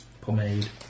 Pomade